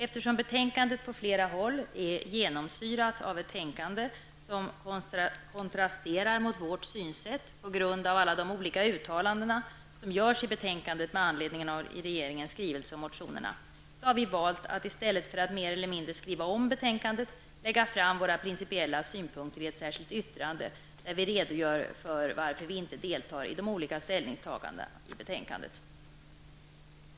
Eftersom betänkandet i många avseenden är genomsyrat av ett tänkande som kontrasterar mot vårt synsätt, på grund av alla de olika uttalanden som görs i betänkandet med anledning av regeringens skrivelse och motionerna, har vi valt att i stället för att mer eller mindre skriva om betänkandet lägga fram våra principiella synpunkter i ett särskilt yttrande, där vi redogör för varför vi inte deltar i de olika ställningstagandena i detta betänkande.